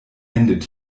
endet